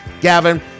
Gavin